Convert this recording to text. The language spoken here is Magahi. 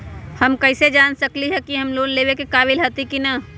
हम कईसे जान सकली ह कि हम लोन लेवे के काबिल हती कि न?